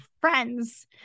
friends